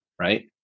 right